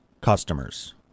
customers